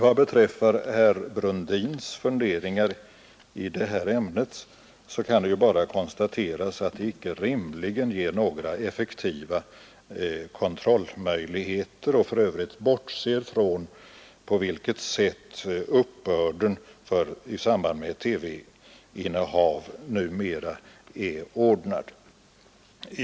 Vad beträffar herr Brundins funderingar i det här ämnet vill jag bara konstatera att det icke är några effektiva kontrollåtgärder han föreslår, För övrigt bortser han från på vilket sätt uppbörden av TV-licenser numera är ordnad.